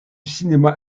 cinéma